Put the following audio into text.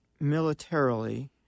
militarily